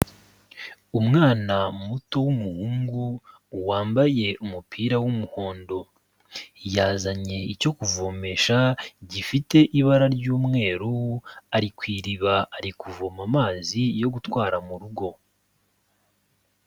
Umwana muto w'umuhungu wambaye umupira w'umuhondo, yazanye icyo kuvomesha gifite ibara ry'umweru ari ku iriba ari kuvoma amazi yo gutwara mu rugo.